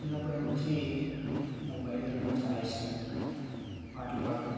చిన్నప్పటి నుంచి నాకు బయట తిరగడం చాలా ఇష్టం పాటలు పాడటం